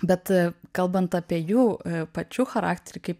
bet kalbant apie jų pačių charakterį kaip